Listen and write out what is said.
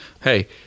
hey